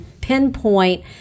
pinpoint